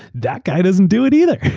that guy doesnaeurt do it, either.